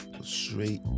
straight